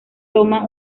toma